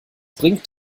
bringt